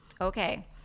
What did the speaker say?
Okay